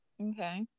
okay